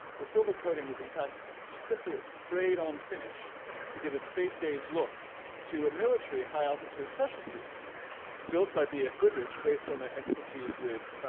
the silver coating was in fact simply a sprayed on finish to give a space age look to a military high altitude pressure suit built by b f. goodrich based on their expertise with